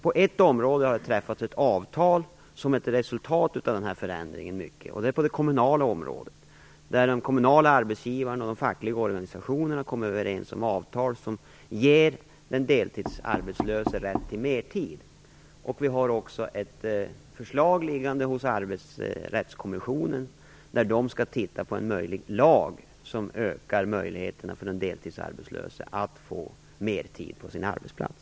På ett område har det träffats ett avtal som i mycket är ett resultat av den här förändringen, och det är på det kommunala området. De kommunala arbetsgivarna och de fackliga organisationerna har kommit överens om avtal som ger den deltidsarbetslöse rätt till mertid. Vi har också föreslagit att Arbetsrättskommissionen skall undersöka om det går att stifta en lag som ökar möjligheterna för den deltidsarbetslöse att få mertid på sin arbetsplats.